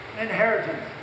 inheritance